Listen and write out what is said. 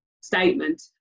statement